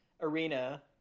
arena